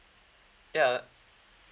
yeah